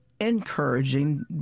encouraging